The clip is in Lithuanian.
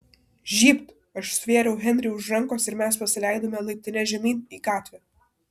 žybt aš stvėriau henrį už rankos ir mes pasileidome laiptine žemyn į gatvę